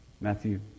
Matthew